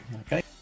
Okay